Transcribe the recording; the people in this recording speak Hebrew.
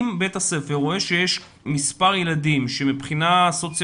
אם בית הספר רואה שיש מספר ילדים שמבחינה סוציו